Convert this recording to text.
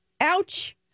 Ouch